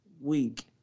week